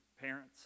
parents